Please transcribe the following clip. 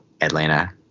Atlanta